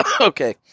Okay